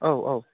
औ औ